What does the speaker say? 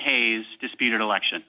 hayes disputed election